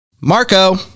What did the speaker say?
Marco